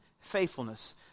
faithfulness